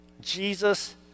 Jesus